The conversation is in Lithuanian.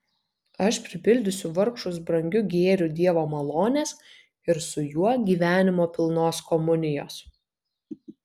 aš pripildysiu vargšus brangiu gėriu dievo malonės ir su juo gyvenimo pilnos komunijos